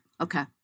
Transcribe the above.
Okay